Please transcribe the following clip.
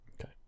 Okay